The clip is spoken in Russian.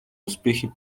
успехе